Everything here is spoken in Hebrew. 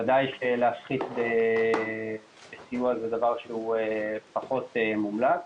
ודאי שלהפחית סיוע זה דבר שהוא פחות מומלץ.